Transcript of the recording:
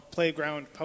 Playground